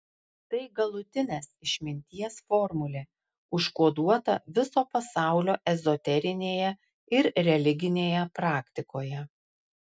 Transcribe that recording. tai galutinės išminties formulė užkoduota viso pasaulio ezoterinėje ir religinėje praktikoje